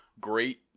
great